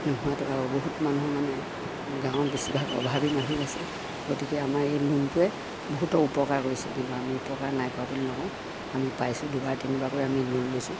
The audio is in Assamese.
নোহোৱা তৰাও বহুত মানুহ মানে আমাৰ গাঁৱৰ বেছিভাগ অভাৱী মানুহেই আছে গতিকে আমাৰ এই লোনটোৱে বহুতক উপকাৰ কৰিছে কিন্তু আমি উপকাৰ নাই কৰা বুলি নকওঁ আমি পাইছোঁ দুবাৰ তিনিবাৰকৈ আমি লোন লৈছোঁ